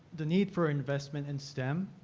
the need for investment in stem,